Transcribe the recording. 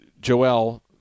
Joel